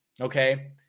okay